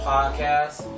Podcast